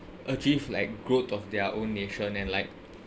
achieve like growth of their own nation and like